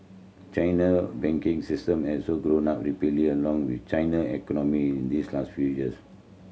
China banking system has all grown up rapidly along with China economy in this last few years